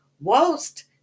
whilst